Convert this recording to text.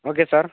okay sir